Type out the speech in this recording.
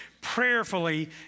prayerfully